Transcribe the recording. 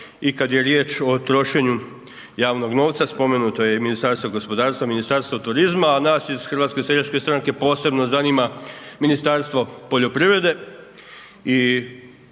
i kad je o riječ o trošenju javnog novca, spomenuto je i Ministarstvo gospodarstva, Ministarstvo turizma a nas ih HSS-a posebno zanima Ministarstvo poljoprivrede i